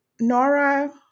Nora